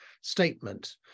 statement